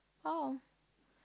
oh